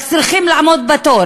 רק צריכים לעמוד בתור